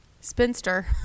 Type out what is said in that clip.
spinster